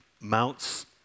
mounts